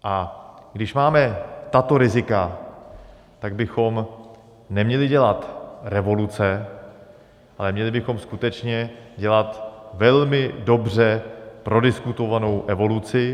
A když máme tato rizika, tak bychom neměli dělat revoluce, ale měli bychom skutečně dělat velmi dobře prodiskutovanou evoluci.